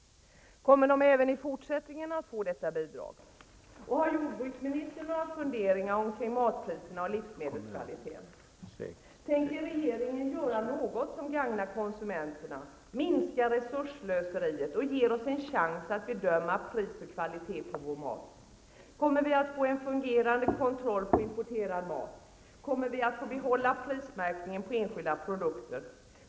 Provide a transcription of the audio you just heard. Kommer de även i fortsättningen att få detta bidrag? Har jordbruksministern några funderingar omkring matpriserna och livsmedelskvaliteten? Tänker regeringen göra något som gagnar konsumenterna, minskar resursslöseriet och ger oss en chans att bedöma pris och kvalitet på vår mat? Kommer vi att att få en fungerande kontroll på importerad mat? Kommer vi att få behålla prismärkning på enskilda produkter?